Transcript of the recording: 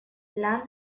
lan